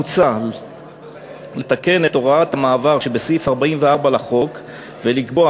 מוצע לתקן את הוראת המעבר שבסעיף 44 לחוק ולקבוע